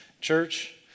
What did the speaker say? church